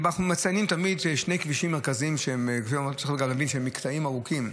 אנחנו מציינים תמיד שיש שני כבישים מרכזיים שהם מקטעים ארוכים.